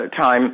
time